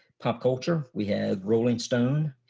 pop culture we have rolling stone.